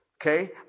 Okay